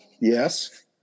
Yes